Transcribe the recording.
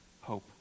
hope